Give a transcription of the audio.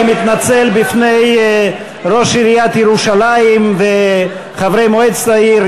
אני מתנצל בפני ראש עיריית ירושלים וחברי מועצת העיר,